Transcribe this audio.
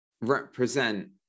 represent